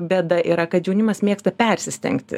bėda yra kad jaunimas mėgsta persistengti